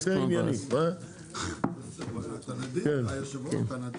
איך רבע שעה?